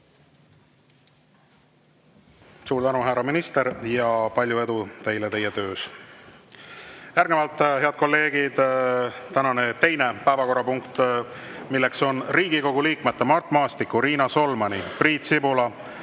Suur tänu, härra minister, ja palju edu teile teie töös! Järgnevalt, head kolleegid, tänane teine päevakorrapunkt: Riigikogu liikmete Mart Maastiku, Riina Solmani, Priit Sibula,